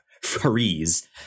Freeze